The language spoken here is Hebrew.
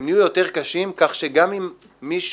הם נהיו יותר קשים, כך שגם אם מישהו